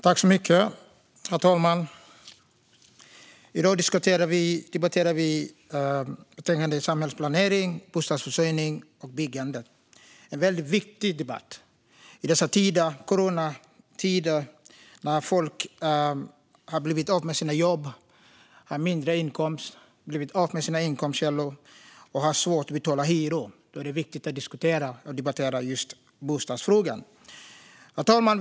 Herr talman! I dag debatterar vi samhällsplanering, bostadsförsörjning och byggande. Det är en väldigt viktig debatt i dessa coronatider. När folk har blivit av med sina jobb och har mindre inkomster eftersom de har blivit av med sina inkomstkällor och har svårt att betala hyran är det viktigt att diskutera och debattera just bostadsfrågan. Herr talman!